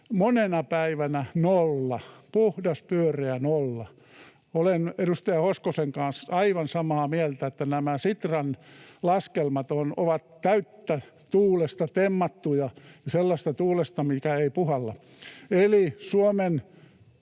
monena päivänä nolla, puhdas pyöreä nolla. Olen edustaja Hoskosen kanssa aivan samaa mieltä, että nämä Sitran laskelmat ovat täysin tuulesta temmattuja, sellaisesta tuulesta, mikä ei puhalla,